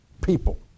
people